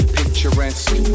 picturesque